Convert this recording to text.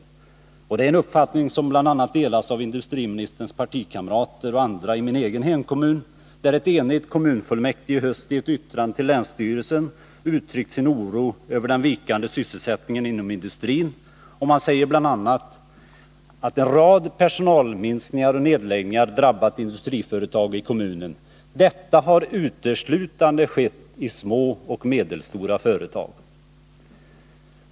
Det är en uppfattning som bl.a. delas av industriministerns partikamrater och andra i min egen hemkommun, där kommunfullmäktige i höst enhälligt i ett yttrande till länsstyrelsen har uttryckt sin oro över den vikande sysselsättningen inom industrin. Man säger bl.a. att en rad personalminskningar och nedläggningar har drabbat industriföretag i kommunen. Detta har uteslutande skett i små och medelstora företag.